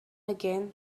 again